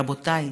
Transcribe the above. רבותיי,